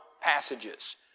passages